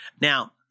Now